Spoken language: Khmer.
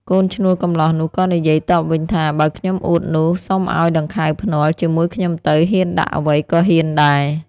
កូនឈ្នួលកំលោះនោះក៏និយាយតបវិញថា "បើខ្ញុំអួតនោះ សុំឲ្យដង្ខៅភ្នាល់ ជាមួយខ្ញុំទៅ ហ៊ានដាក់អ្វីក៏ហ៊ានដែរ”។